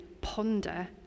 ponder